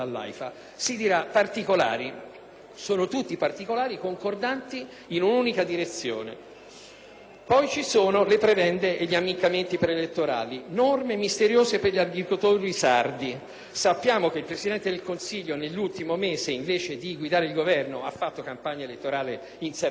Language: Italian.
sono tutti particolari concordanti in un'unica direzione. Poi ci sono le prebende e gli ammiccamenti pre-elettorali: norme misteriose per gli agricoltori sardi. Sappiamo che il Presidente del Consiglio nell'ultimo mese, invece di guidare il Governo, ha essenzialmente fatto campagna elettorale in Sardegna, pare comprandosi l'ultima